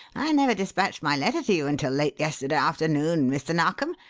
i never dispatched my letter to you until late yesterday afternoon, mr. narkom,